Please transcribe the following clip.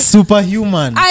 Superhuman